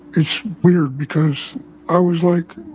it's weird because i was like,